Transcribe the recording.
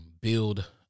build